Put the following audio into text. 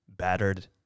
battered